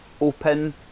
open